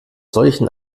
solchen